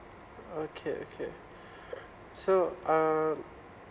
okay okay so um